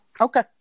Okay